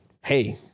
hey